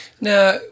Now